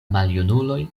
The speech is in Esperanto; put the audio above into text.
maljunuloj